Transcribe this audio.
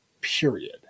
period